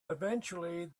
eventually